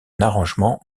arrangement